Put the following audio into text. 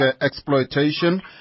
exploitation